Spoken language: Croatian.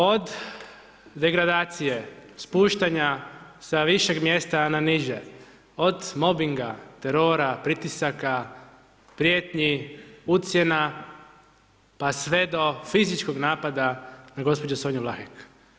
Od degradacije, spuštanja sa višeg mjesta na niže, od mobinga, terora, pritisaka, prijetnji, ucjena, pa sve do fizičkog napada na gđu. Sonju Vlahek.